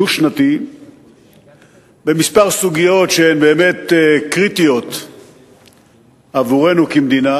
הדו-שנתי בכמה סוגיות שהן באמת קריטיות עבורנו כמדינה,